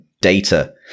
data